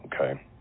okay